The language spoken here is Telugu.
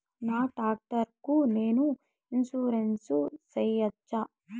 నా టాక్టర్ కు నేను ఇన్సూరెన్సు సేయొచ్చా?